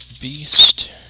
beast